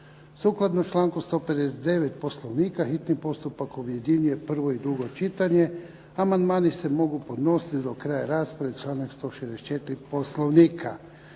Sukladno članku 159. Poslovnika hitni postupak objedinjuje prvo i drugo čitanje. Amandmani se mogu podnositi do kraja rasprave, članak 164. Poslovnika.